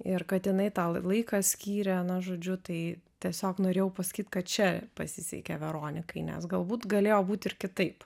ir kad jinai tą laiką skyrė na žodžiu tai tiesiog norėjau pasakyti kad čia pasisekė veronikai nes galbūt galėjo būt ir kitaip